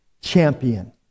champion